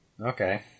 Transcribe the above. Okay